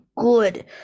good